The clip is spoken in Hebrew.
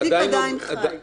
סיכום עם מי?